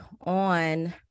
on